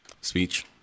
speech